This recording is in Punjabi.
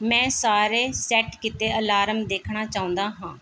ਮੈਂ ਸਾਰੇ ਸੈੱਟ ਕੀਤੇ ਅਲਾਰਮ ਦੇਖਣਾ ਚਾਹੁੰਦਾ ਹਾਂ